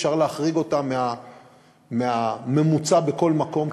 אפשר להחריג אותה מהממוצע בכל מקום,